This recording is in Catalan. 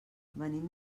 venim